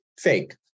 fake